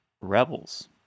rebels